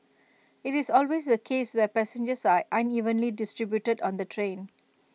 IT is always the case where passengers are unevenly distributed on the train